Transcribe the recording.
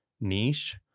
niche